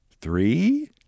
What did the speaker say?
three